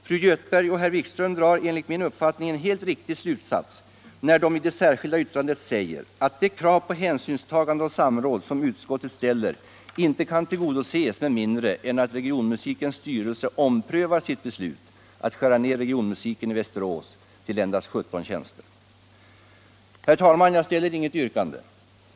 Fru Göthberg och herr Wikström drar enligt min mening en helt riktig slutsats, när de i det särskilda yttrandet säger att de krav på hänsynstagande och samråd som utskottet ställer inte kan tillgodoses med mindre än att regionmusikens styrelse omprövar sitt beslut att skära ner regionmusiken i Västerås till endast 17 tjänster. Herr talman! Jag ställer inget yrkande.